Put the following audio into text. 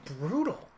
brutal